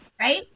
Right